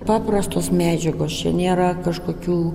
paprastos medžiagos čia nėra kažkokių